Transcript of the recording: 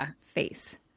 face